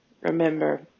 Remember